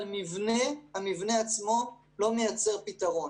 אבל המבנה לא מייצר פתרון.